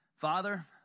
Father